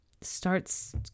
starts